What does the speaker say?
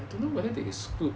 I don't know whether they exclude